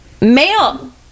male